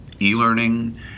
e-learning